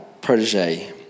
protege